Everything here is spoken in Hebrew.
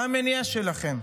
מה המניע שלכם?